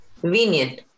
convenient